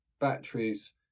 Batteries